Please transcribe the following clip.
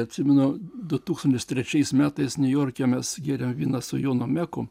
atsimenu du tūkstantis trečiais metais niujorke mes gėrėme vyną su jonu meku